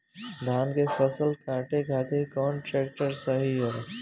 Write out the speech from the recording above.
धान के फसल काटे खातिर कौन ट्रैक्टर सही ह?